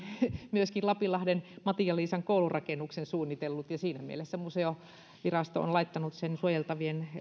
myöskin lapinlahden matin ja liisan koulurakennuksen suunnitellut sen takia museovirasto on laittanut sen suojeltavien